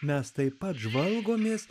mes taip pat žvalgomės